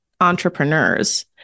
entrepreneurs